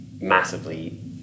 massively